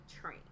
train